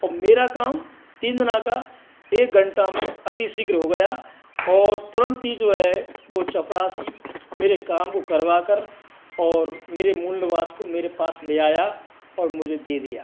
और मेरा काम तीन दिनों का एक घंटा में अतिशीघ्र हो गया और तुरंत ही जो है वो चपरासी मेरे काम को करवाकर और मेरे मूल निवास को मेरे पास ले आया और मुझे दे दिया